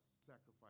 Sacrifice